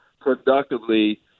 productively